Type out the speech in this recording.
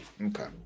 Okay